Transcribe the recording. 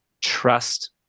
trust